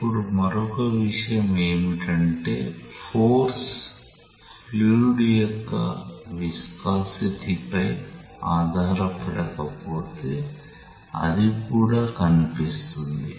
ఇప్పుడు మరొక విషయం ఏమిటంటే ఫోర్స్ ఫ్లూయిడ్ యొక్క విస్కోసిటీ పై ఆధారపడకపోతే అది కూడా కనిపిస్తుంది